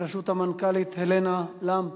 בראשות המנכ"לית הלנה לאמב,